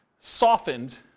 softened